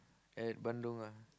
at Bandung ah